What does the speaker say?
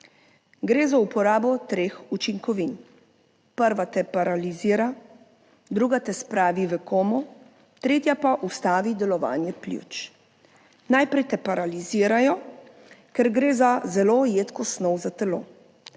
Gre za uporabo treh učinkovin, prva te paralizira, druga te spravi v komo, tretja pa ustavi delovanje pljuč. Najprej te paralizirajo, ker gre za zelo redko snov za telo.